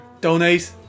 donate